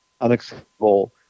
unacceptable